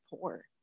poor